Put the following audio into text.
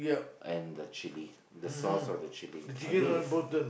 and the chilli the sauce or the chilli I think is